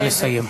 בבקשה לסיים.